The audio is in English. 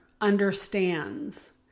understands